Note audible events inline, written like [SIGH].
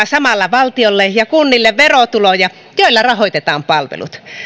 [UNINTELLIGIBLE] samalla valtiolle ja kunnille verotuloja joilla rahoitetaan palvelut